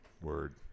Word